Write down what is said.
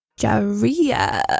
Jaria